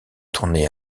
tournée